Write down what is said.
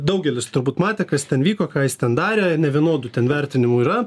daugelis turbūt matė kas ten vyko ką jis ten darė nevienodų ten vertinimų yra